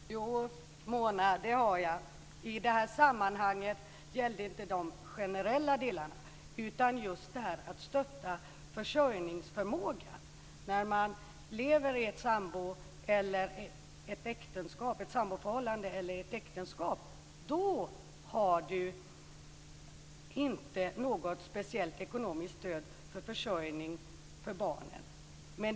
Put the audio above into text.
Herr talman! Jo, Mona, det har jag. I det här sammanhanget gäller det inte de generella delarna utan just att stötta försörjningsförmågan. När man lever i ett samboförhållande eller i ett äktenskap har man inte något speciellt ekonomiskt stöd för försörjning av barnen.